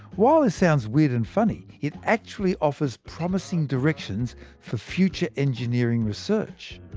while this sounds weird and funny, it actually offers promising directions for future engineering research.